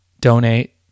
donate